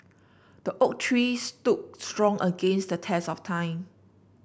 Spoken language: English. the oak tree stood strong against the test of time